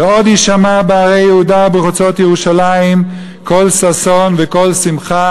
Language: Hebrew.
ועוד יישמע בערי יהודה ובחוצות ירושלים קול ששון וקול שמחה,